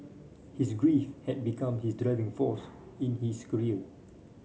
his grief had become his driving force in his career